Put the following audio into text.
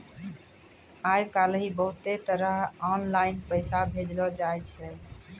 आय काइल बहुते तरह आनलाईन पैसा भेजलो जाय छै